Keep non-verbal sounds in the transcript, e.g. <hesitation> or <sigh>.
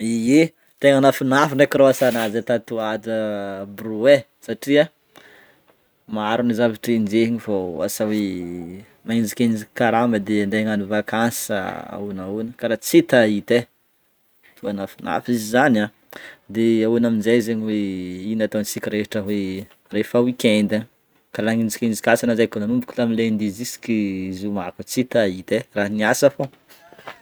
Ye, tegna nafinafy ndreky rô asanah zay tatoato <hesitation> brô e, satria maro ny zavatra injehiny fô asa hoe <hesitation> magnejikenjiky karama de andeha agnano vankasy sa ahoana ahoana, karaha tsy hitahita e. Tô nafinafy izy zany a? De ahoana amin'jay zegny hoe ino ataontsika rehetra hoe rehefa weekend any? Ka nagnenjikenjiky asa anah zay kô nanomboka tamin'ny lundi jusky zoma kô tsy hhitaita e, raha niasa fô? <laughs>